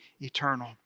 eternal